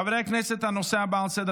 חוקה, אדוני היושב-ראש.